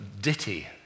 ditty